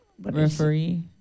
Referee